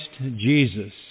Jesus